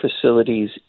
facilities